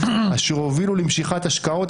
אשר הובילו למשיכת השקעות,